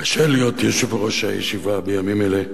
קשה להיות יושב-ראש הישיבה בימים אלה,